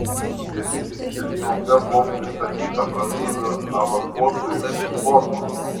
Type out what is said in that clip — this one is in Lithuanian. žemyn rišeljė upe buvo pristatyta prancūzų avanpostų ir fortų